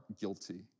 guilty